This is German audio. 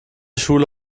schule